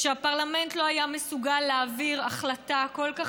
הפרלמנט לא היה מסוגל להעביר החלטה כל כך